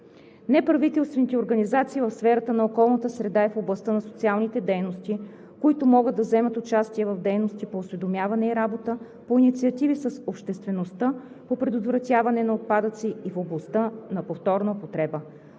неправителствените организации в сферата на околната среда и в областта на социалните дейности, които могат да вземат участие в дейности по осведомяването и работата, по инициативи с обществеността, по предотвратяването на отпадъци и в областта на повторната употреба.